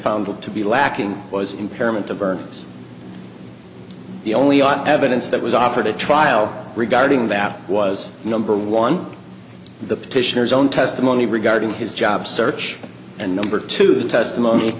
found to be lacking was impairment of earnings the only on evidence that was offered a trial regarding that was number one the petitioners own testimony regarding his job search and number two the testimony